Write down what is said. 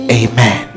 amen